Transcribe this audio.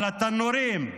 על התנורים,